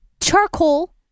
charcoal